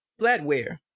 flatware